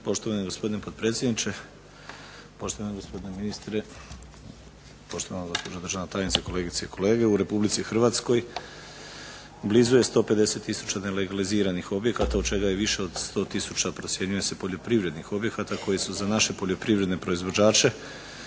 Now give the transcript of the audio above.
Poštovani gospodine potpredsjedniče, poštovani gospodine ministre, poštovana gospođo državna tajnice, kolegice i kolege zastupnici. U RH blizu je 150 tisuće nelegaliziranih objekata od čega je više od 100 tisuća procjenjuje se poljoprivrednih objekata koji su za naše poljoprivredne proizvođače